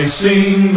sing